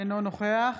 אינו נוכח